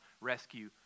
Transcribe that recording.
rescue